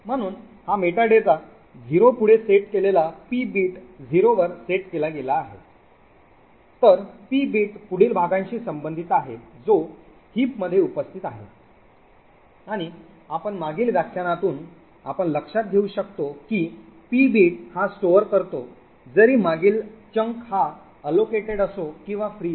म्हणून हा मेटाडेटा 0 पुढे सेट केलेला पी बिट 0 वर सेट केला गेला आहे तर पी बिट पुढील भागांशी संबंधित आहे जो हिप मध्ये उपस्थित आहे आणि आपण मागील व्याख्यानातून आपण लक्षात घेऊ शकतो की पी बीट हा स्टोअर करतो जरी मागील जंक हा allocated असो किंवा free आहे